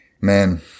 man